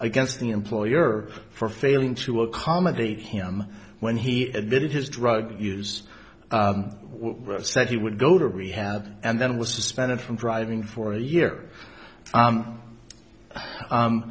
against the employer for failing to accommodate him when he admitted his drug use said he would go to rehab and then was suspended from driving for a year